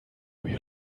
you